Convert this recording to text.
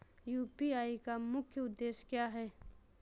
UPI का मुख्य उद्देश्य क्या है?